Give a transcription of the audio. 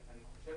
אני חושב